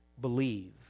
believe